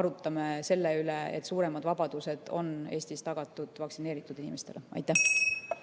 arutame selle üle, et suuremad vabadused on Eestis tagatud vaktsineeritud inimestele. Nüüd